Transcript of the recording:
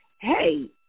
hey